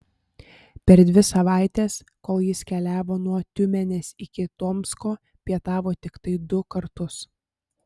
per dvi savaites kol jis keliavo nuo tiumenės iki tomsko pietavo tiktai du kartus